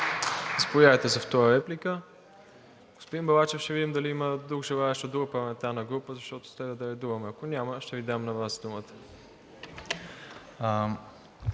Ако няма, ще Ви дам на Вас думата.